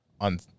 On